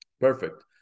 Perfect